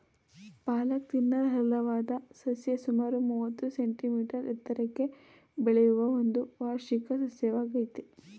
ಪಾಲಕ್ ತಿನ್ನಲರ್ಹವಾದ ಸಸ್ಯ ಸುಮಾರು ಮೂವತ್ತು ಸೆಂಟಿಮೀಟರ್ ಎತ್ತರಕ್ಕೆ ಬೆಳೆಯುವ ಒಂದು ವಾರ್ಷಿಕ ಸಸ್ಯವಾಗಯ್ತೆ